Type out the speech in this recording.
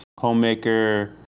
Homemaker